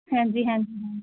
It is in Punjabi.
ਹਾਂਜੀ ਹਾਂਜੀ ਹਾਂਜੀ